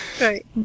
right